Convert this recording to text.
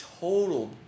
total